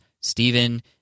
Stephen